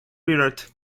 reared